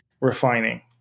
refining